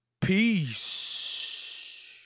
Peace